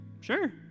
sure